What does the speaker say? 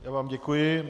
Já vám děkuji.